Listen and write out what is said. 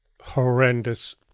horrendous